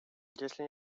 если